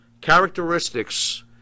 characteristics